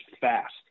fast